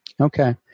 okay